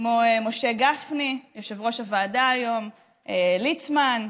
כמו משה גפני, יושב-ראש הוועדה היום, ליצמן,